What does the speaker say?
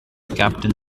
captain